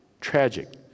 Tragic